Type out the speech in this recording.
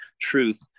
truth